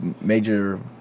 Major